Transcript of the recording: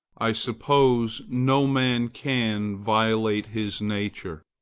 i suppose no man can violate his nature.